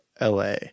la